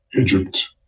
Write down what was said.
Egypt